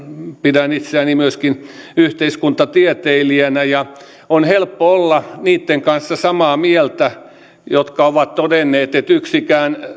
pidän itseäni myöskin yhteiskuntatieteilijänä ja on helppo olla niitten kanssa samaa mieltä jotka ovat todenneet että yksikään